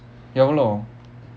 எவ்ளோ:evlo